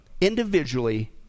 individually